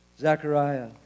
Zechariah